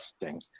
testing